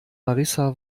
marissa